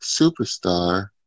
superstar